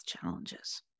challenges